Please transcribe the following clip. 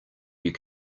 you